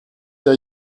der